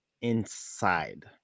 inside